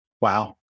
wow